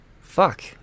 fuck